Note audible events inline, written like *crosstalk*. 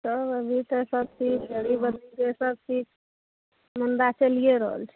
सब अभी तऽ सबचीज *unintelligible* सबचीज मन्दा चलिए रहल छै